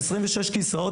עשרים ושישה כסאות.